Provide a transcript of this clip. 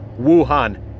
Wuhan